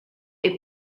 est